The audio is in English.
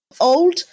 old